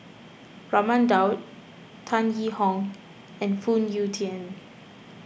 Raman Daud Tan Yee Hong and Phoon Yew Tien